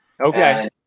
Okay